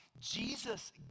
Jesus